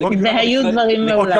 והיו דברים מעולם.